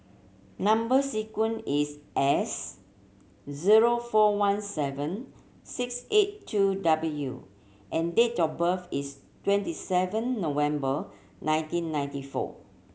number sequence is S zero four one seven six eight two W and date of birth is twenty seven November nineteen ninety four